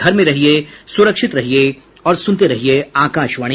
घर में रहिये सुरक्षित रहिये और सुनते रहिये आकाशवाणी